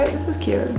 this is cute.